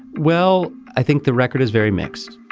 well i think the record is very mixed